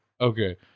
Okay